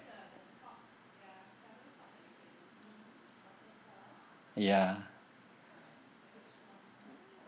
ya